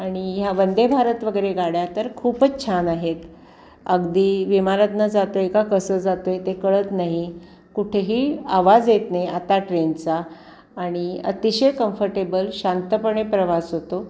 आणि ह्या वंदेभारत वगैरे गाड्या तर खूपच छान आहेत अगदी विमानातून जातो आहे का कसं जातो आहे ते कळत नाही कुठेही आवाज येत नाही आता ट्रेनचा आणि अतिशय कम्फर्टेबल शांतपणे प्रवास होतो